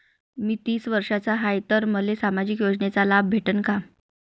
मी तीस वर्षाचा हाय तर मले सामाजिक योजनेचा लाभ भेटन का?